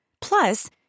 Plus